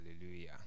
Hallelujah